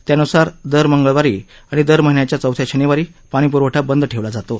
त्यान्सार दर मंगळवारी आणि दर महिन्याच्या चौथ्या शनिवारी पाणीप्रवठा बंद ठेवला जातो